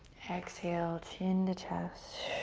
exhale, chin to chest.